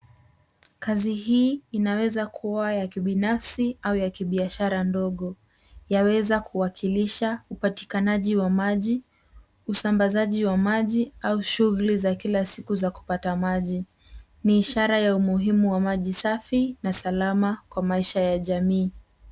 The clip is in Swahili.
Kazi hii inaweza kuwa ya kibinafsi au ya kibiashara ndogo. Yaweza kuwakilisha upatikanaji wa maji, usambazaji wa maji au shughuli za kila siku za kupata maji. Ni ishara ya umuhimu wa maji safi na salama kwa maisha ya jamii.